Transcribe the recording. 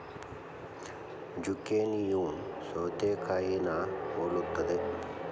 ಜುಕೇನಿಯೂ ಸೌತೆಕಾಯಿನಾ ಹೊಲುತ್ತದೆ